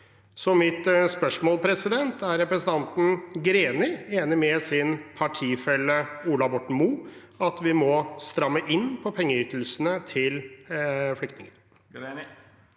mitt spørsmål er: Er representanten Greni enig med sin partifelle Ola Borten Moe i at vi må stramme inn på pengeytelsene til flyktninger?